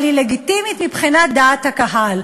אבל היא לגיטימית מבחינת דעת הקהל.